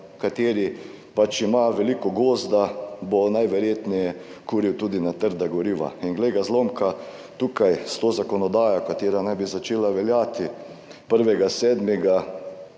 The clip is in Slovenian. kateri ima veliko gozda, bo najverjetneje kuril tudi na trda goriva. In glej ga zlomka, tukaj s to zakonodajo, katera naj bi začela veljati 1.